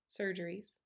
surgeries